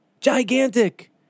gigantic